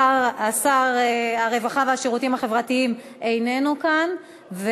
שר הרווחה והשירותים החברתיים איננו כאן,